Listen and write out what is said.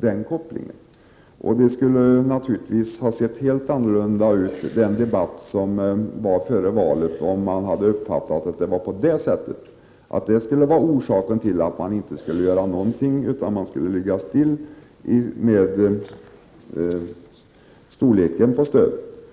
Debatten före valet skulle naturligtvis ha sett helt annorlunda ut om vi hade uppfattat att detta skulle vara orsaken till att man inte skulle göra någonting utan ligga still i fråga om storleken på stödet.